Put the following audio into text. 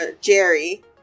jerry